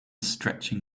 stretching